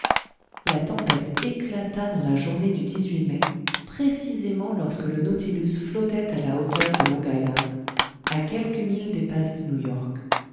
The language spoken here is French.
la tempête éclata dans la journée du mai précisément lorsque le nautilus flottait à la hauteur de long island à quelques milles des passes de new york